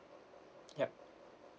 ya